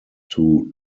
two